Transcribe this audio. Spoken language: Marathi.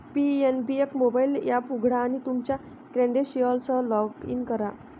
पी.एन.बी एक मोबाइल एप उघडा आणि तुमच्या क्रेडेन्शियल्ससह लॉग इन करा